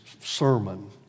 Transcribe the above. sermon